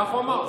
כך הוא אמר.